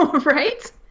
Right